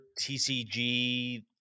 tcg